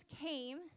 came